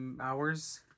hours